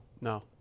no